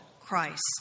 Christ